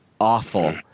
awful